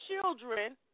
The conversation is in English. children